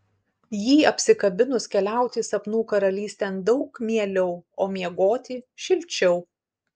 jį apsikabinus keliauti sapnų karalystėn daug mieliau o miegoti šilčiau